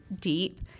deep